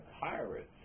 pirates